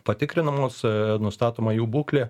patikrinamos nustatoma jų būklė